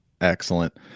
Excellent